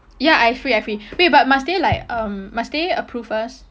ya I free I free wait but must they like um must they approve first